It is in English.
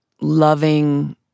loving